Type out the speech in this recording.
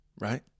Right